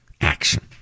Action